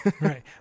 Right